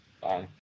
Bye